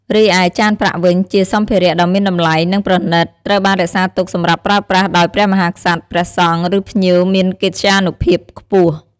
រីឯ ចានប្រាក់វិញជាសម្ភារៈដ៏មានតម្លៃ និងប្រណីត ត្រូវបានរក្សាទុកសម្រាប់ប្រើប្រាស់ដោយព្រះមហាក្សត្រ ព្រះសង្ឃ ឬភ្ញៀវមានកិត្យានុភាពខ្ពស់។